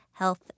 health